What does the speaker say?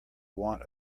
want